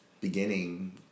beginning